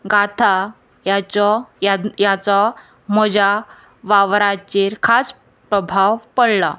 गाता ह्याचो ह्याचो म्हज्या वावराचेर खास प्रभाव पडला